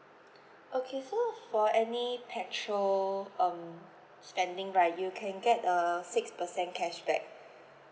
okay so for any petrol um spending right you can get uh six percent cashback